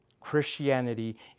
Christianity